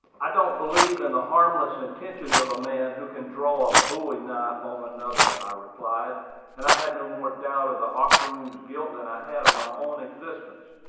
i don't believe in the harmless intentions of a man who can draw a bowie-knife on another, i replied and i had no more doubt of the octoroon's guilt than i had of my own existence.